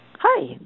Hi